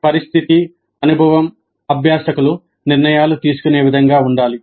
పరిస్థితి అనుభవం అభ్యాసకులు నిర్ణయాలు తీసుకునే విధంగా ఉండాలి